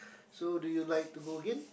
so do you like to go again